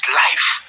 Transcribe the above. life